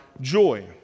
joy